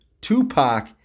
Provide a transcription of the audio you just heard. Tupac